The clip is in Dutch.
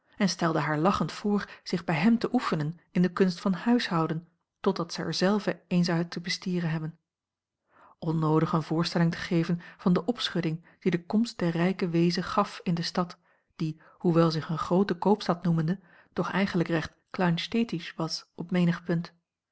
en stelde haar lachend voor zich bij hem te oefenen in de kunst van huishouden totdat zij er zelve eene zou te bestieren hebben onnoodig eene voorstelling te geven van de opschudding die de komst der rijke weeze gaf in de stad die hoewel zich een groote koopstad noemende toch eigenlijk recht kleinstädtisch was op menig punt